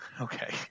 Okay